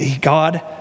God